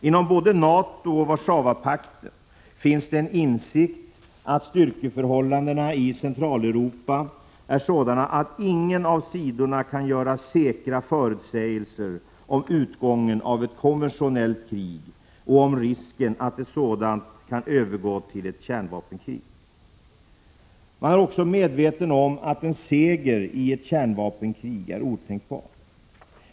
Inom både NATO och Warszawapakten finns det en insikt om att styrkeförhållandena i Centraleuropa är sådan att ingen av sidorna kan göra säkra förutsägelser om utgången av ett konventionellt krig och om risken att ett sådant kan övergå i ett kärnvapenkrig. Man är också medveten om att en seger i ett kärnvapenkrig är otänkbar.